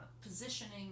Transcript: positioning